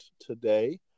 today